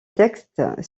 textes